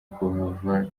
kuhava